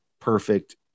perfect